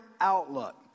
outlook